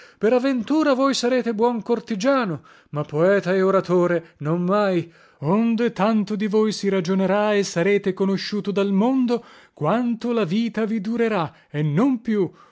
per aventura voi sarete buon cortigiano ma poeta o oratore non mai onde tanto di voi si ragionerà e sarete conosciuto dal mondo quanto la vita vi durerà e non più